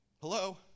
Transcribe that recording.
Hello